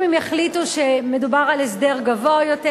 אם הם יחליטו שמדובר על הסדר גבוה יותר,